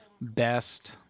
best